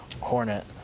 Hornet